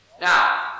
Now